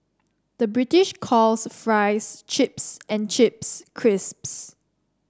the British calls fries chips and chips crisps